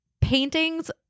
paintings